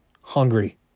Hungry